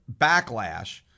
backlash